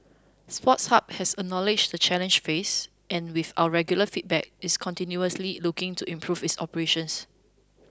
Sports Hub has acknowledged the challenges faced and with our regular feedback is continuously looking to improve its operations